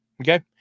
Okay